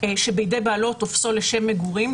שבידי בעלו או תופשו לשם מגורים,